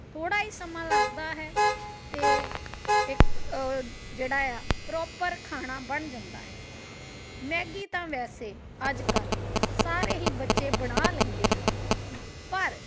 ਥੋੜ੍ਹਾ ਹੀ ਸਮਾਂ ਲੱਗਦਾ ਹੈ ਅਤੇ ਇੱਕ ਜਿਹੜਾ ਆ ਪ੍ਰੋਪਰ ਖਾਣਾ ਬਣ ਜਾਂਦਾ ਹੈ ਮੈਗੀ ਤਾਂ ਵੈਸੇ ਅੱਜ ਕੱਲ੍ਹ ਸਾਰੇ ਹੀ ਬੱਚੇ ਬਣਾ ਲੈਂਦੇ ਹਨ ਪਰ